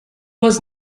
was